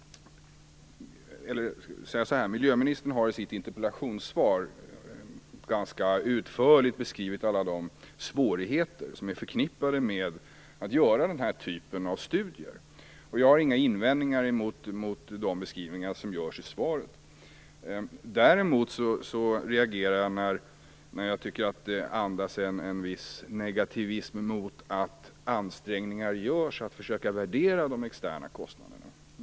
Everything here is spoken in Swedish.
Miljöministern har i sitt interpellationssvar ganska utförligt beskrivit alla de svårigheter som är förknippade med att göra denna typ av studier. Jag har inga invändningar mot de beskrivningar som görs i svaret. Däremot reagerar jag när jag tycker att det andas en viss negativism emot att ansträngningar görs att försöka värdera de externa kostnaderna.